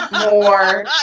more